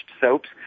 soaps